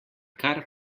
kar